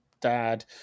dad